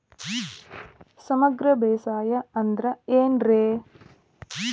ಸಮಗ್ರ ಬೇಸಾಯ ಅಂದ್ರ ಏನ್ ರೇ?